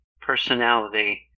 personality